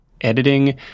editing